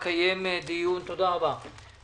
אקיים דיון בוועדה,